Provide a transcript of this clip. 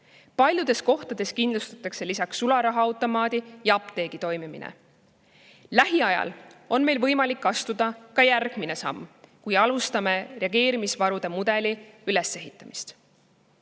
Paljudes kohtades kindlustatakse lisaks sularahaautomaadi ja apteegi toimimine. Lähiajal on meil võimalik astuda ka järgmine samm, kui alustame reageerimisvarude mudeli ülesehitamist.